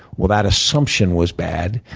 well, that assumption was bad.